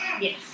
Yes